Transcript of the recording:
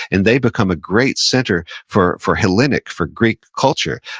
and they become a great center for for hellenic, for greek culture,